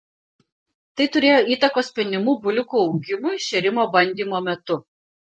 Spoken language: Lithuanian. tai turėjo įtakos penimų buliukų augimui šėrimo bandymo metu